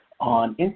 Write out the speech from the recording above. on